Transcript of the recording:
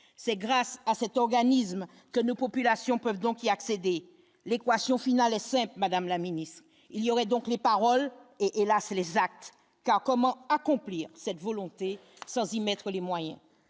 c'est grâce à cet organisme que nos populations peuvent donc y accéder le équation Finale simple Madame la Ministre, il y aurait donc les paroles et et là c'est les actes car comment accomplir cette volonté sans y mettre les moyens.